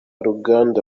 ruganda